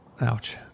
ouch